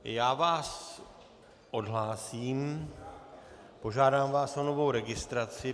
Já vás odhlásím, požádám vás o novou registraci.